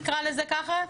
נקרא לזה ככה,